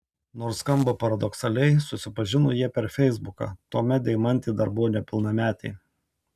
nors skamba paradoksaliai susipažino jie per feisbuką tuomet deimantė dar buvo nepilnametė